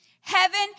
Heaven